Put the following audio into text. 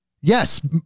Yes